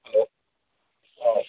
hello ꯑꯧ